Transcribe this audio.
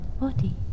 body